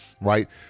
right